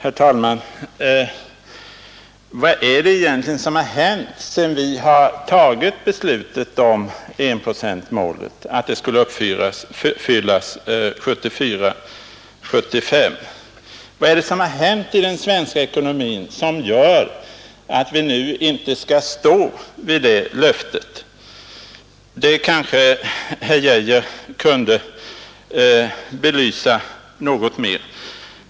Herr talman! Vad är det egentligen som har hänt sedan vi fattade beslutet om att enprocentsmålet skulle uppfyllas 1974/75? Vad är det som har hänt i den svenska ekonomin som gör att vi nu inte skall stå vid det löftet? Det kanske herr Arne Geijer kunde belysa något mera.